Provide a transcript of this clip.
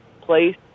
place